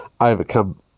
overcome